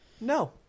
no